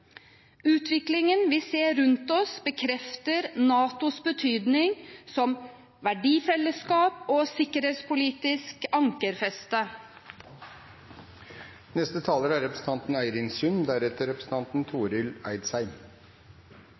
Utviklingen vi ser rundt oss, bekrefter NATOs betydning som verdifellesskap og sikkerhetspolitisk ankerfeste. Det er